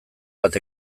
bat